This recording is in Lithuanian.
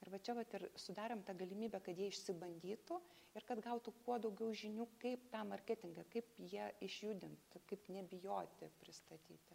ir va čia vat ir sudarėm tą galimybę kad jie išsi bandytų ir kad gautų kuo daugiau žinių kaip tą marketingą kaip jie išjudint kaip nebijoti pristatyti